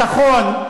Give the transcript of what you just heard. ביטחון,